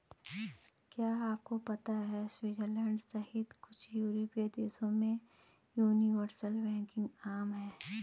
क्या आपको पता है स्विट्जरलैंड सहित कुछ यूरोपीय देशों में यूनिवर्सल बैंकिंग आम है?